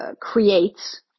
creates